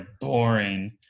boring